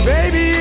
Baby